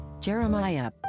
Jeremiah